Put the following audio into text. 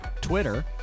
twitter